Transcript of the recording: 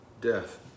death